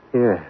Yes